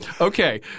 Okay